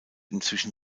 inzwischen